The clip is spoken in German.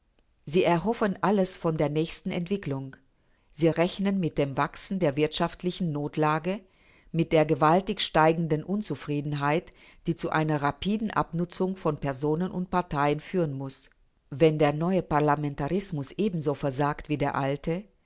sie erhoffen alles von der nächsten entwicklung sie rechnen mit dem wachsen der wirtschaftlichen notlage mit der gewaltig steigenden unzufriedenheit die zu einer rapiden abnutzung von personen und parteien führen muß wenn der neue parlamentarismus ebenso versagt wie der alte